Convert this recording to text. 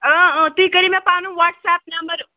تُہۍ کٔرِو مےٚ پَنُن واٹس ایپ نمبر